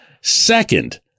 Second